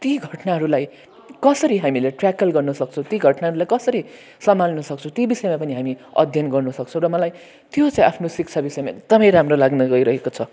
ती घटनाहरूलाई कसरी हामीले टेकल गर्नसक्छौँ ती घटनाहरूलाई कसरी सम्हाल्नुसक्छौँ ती विषयमा पनि हामी अध्ययन गर्नसक्छौँ र मलाई त्यो चाहिँ आफ्नो शिक्षा विषयमा एकदमै राम्रो लाग्न गइरहेको छ